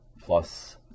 plus